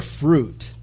fruit